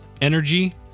energy